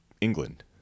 England